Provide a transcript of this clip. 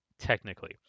Technically